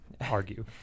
argue